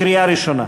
קריאה ראשונה.